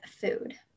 food